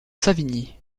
savigny